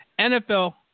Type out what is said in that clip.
NFL